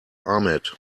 ahmed